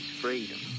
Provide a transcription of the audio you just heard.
freedom